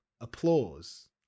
applause